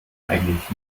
eigentlich